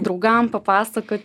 draugam papasakot